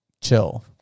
chill